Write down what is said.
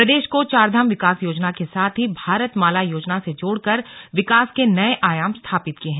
प्रदेश को चारधाम विकास योजना के साथ ही भारत माला योजना से जोड़कर विकास के नए आयाम स्थापित किये हैं